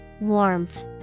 Warmth